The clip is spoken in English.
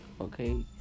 Okay